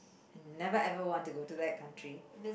never ever want to go to that country